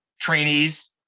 trainees